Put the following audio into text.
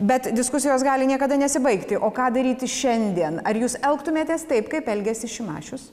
bet diskusijos gali niekada nesibaigti o ką daryti šiandien ar jūs elgtumėtės taip kaip elgėsi šimašius